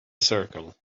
circle